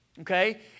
okay